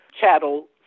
chattel